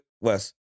Wes